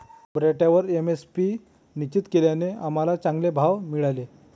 बटाट्यावर एम.एस.पी निश्चित केल्याने आम्हाला चांगले भाव मिळाले